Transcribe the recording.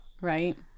Right